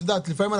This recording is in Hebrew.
איתן פרנס